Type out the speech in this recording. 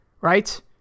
right